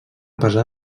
pesar